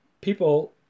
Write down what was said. people